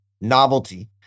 novelty